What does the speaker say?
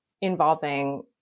involving